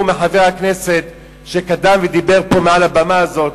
מחבר הכנסת שקדם לי ודיבר פה מעל לבמה הזאת.